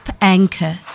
anchor